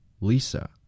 Lisa